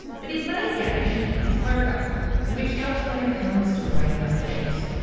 but his main game is poker which helps when it comes to weighing up the odds.